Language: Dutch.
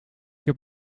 heb